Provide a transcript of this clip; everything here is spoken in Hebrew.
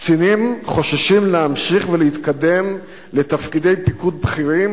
קצינים חוששים להמשיך ולהתקדם לתפקידי פיקוד בכירים